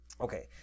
okay